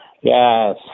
Yes